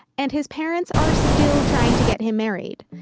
and his parents are still trying to get him married.